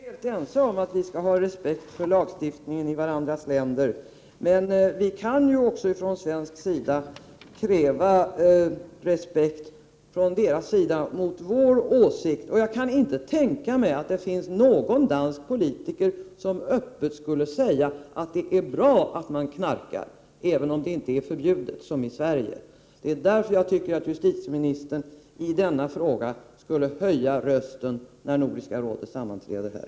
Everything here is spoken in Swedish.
Herr talman! Jag är helt ense med justitieministern om att vi skall ha respekt för lagstiftningen i varandras länder. Men vi kan ju också från svensk sida kräva respekt från dansk sida när det gäller vår åsikt. Jag kan inte tänka mig att det finns någon dansk politiker som öppet skulle säga att det är bra att man knarkar, även om det inte är förbjudet som i Sverige. Det är därför som jag tycker att justitieministern i denna fråga skall höja rösten när Nordiska rådet snart sammanträder här.